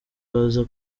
baza